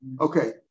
Okay